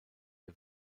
der